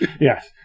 Yes